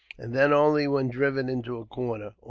and then only when driven into a corner,